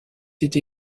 été